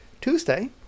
Tuesday